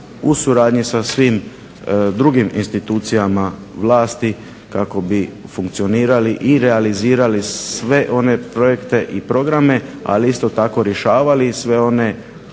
u suradnji sa svim drugim institucijama vlasti kako bi funkcionirali i realizirali sve one projekte i programe, ali isto tako rješavali i sve one